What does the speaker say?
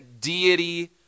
deity